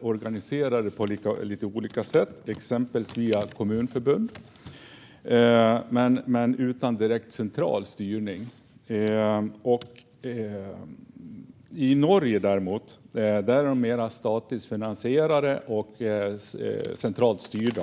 De är organiserade på lite olika sätt, exempelvis via kommunförbund, men har ingen direkt central styrning. I Norge är de däremot mer statligt finansierade och centralt styrda.